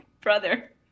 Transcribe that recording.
brother